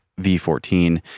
V14